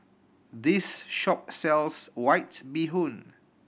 this shop sells White Bee Hoon